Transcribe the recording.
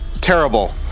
terrible